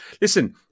Listen